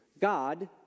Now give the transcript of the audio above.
God